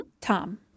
Tom